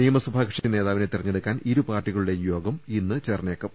നിയമസഭാ കക്ഷി നേതാവിനെ തെരഞ്ഞടുക്കാൻ ഇരു പാർട്ടികളുടേയും യോഗം ഇന്ന് ചേർന്നേക്കും